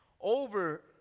over